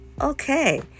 Okay